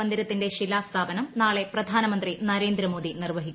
മന്ദിരത്തിന്റെ ശിലാസ്ഥാപനം നാളെ പ്രധാനമന്ത്രി നരേന്ദ്രമോദി നിർവ്വഹിക്കും